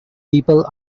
people